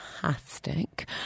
Fantastic